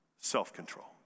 self-control